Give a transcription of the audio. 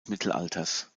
mittelalters